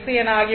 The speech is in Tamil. என ஆகிவிடும்